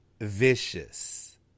vicious